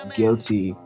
guilty